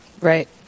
Right